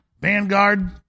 Vanguard